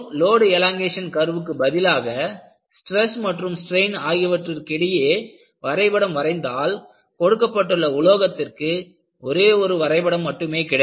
load elongation கர்வுக்கு பதிலாக stress மற்றும் ஸ்ட்ரெயின் ஆகியவற்றுக்கிடையே வரைபடம் வரைந்தால் கொடுக்கப்பட்டுள்ள உலோகத்திற்கு ஒரே ஒரு வரைபடம் மட்டுமே கிடைக்கும்